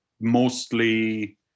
mostly